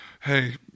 hey